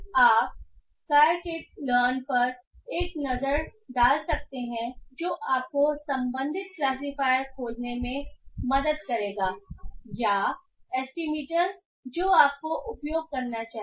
आप scikit learn पर एक नज़र डाल सकते हैं जो आपको संबंधित क्लासीफायर खोजने में मदद करेगा या एसटीमीटर जो आपको उपयोग करना चाहिए